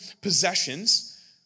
possessions